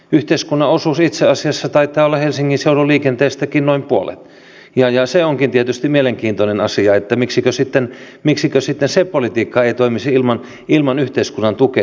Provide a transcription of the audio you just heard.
yhteiskunnan osuus taitaa itse asiassa olla helsingin seudun liikenteestäkin noin puolet ja se onkin tietysti mielenkiintoinen asia että miksikö sitten se politiikka ei toimisi ilman yhteiskunnan tukea